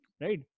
right